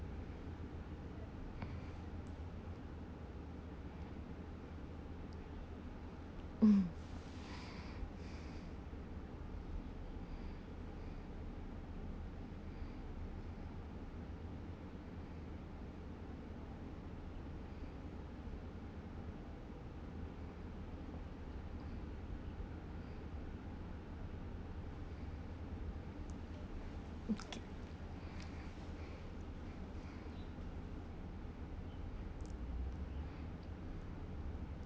uh okay